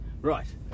Right